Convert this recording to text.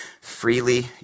Freely